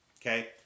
okay